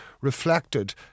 reflected